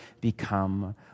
become